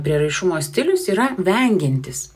prieraišumo stilius yra vengiantis